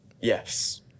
yes